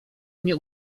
mnie